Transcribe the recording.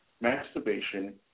masturbation